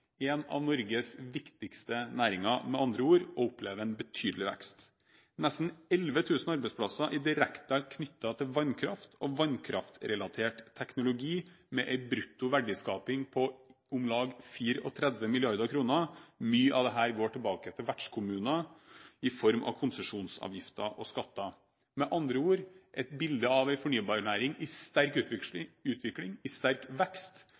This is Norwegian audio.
en av Norges viktigste næringer og opplever en betydelig vekst. Nesten 11 000 arbeidsplasser er direkte knyttet til vannkraft og vannkraftrelatert teknologi, med en brutto verdiskaping på om lag 34 mrd. kr. Mye av dette går tilbake til vertskommuner i form av konsesjonsavgifter og skatter. Med andre ord: et bilde av en fornybar næring i sterk utvikling, i sterk vekst